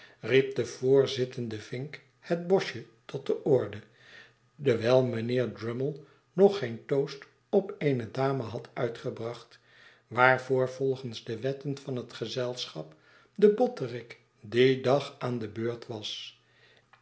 de voorzittende vink het boschje tot de orde dewijl mijnheer drummle nog geen toast op eene dame had uitgebracht waarvoor volgens de wetten van het gezeischap de botterik dien dag aan de beurt was